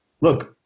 look